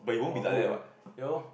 or good in what ya lor